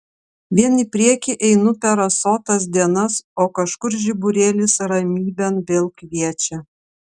vien į priekį einu per rasotas dienas o kažkur žiburėlis ramybėn vėl kviečia